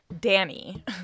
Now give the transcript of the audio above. Danny